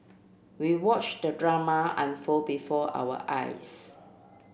we watched the drama unfold before our eyes